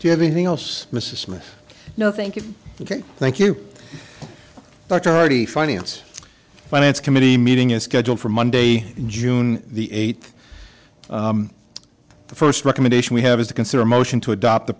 if you have anything else mrs smith no thank you ok thank you dr already finance finance committee meeting is scheduled for monday june the eighth the first recommendation we have is to consider a motion to adopt the